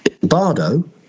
Bardo